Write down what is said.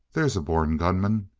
there's a born gunman.